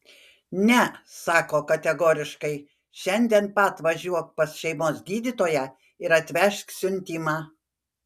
ne sako kategoriškai šiandien pat važiuok pas šeimos gydytoją ir atvežk siuntimą